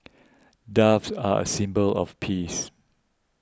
doves are a symbol of peace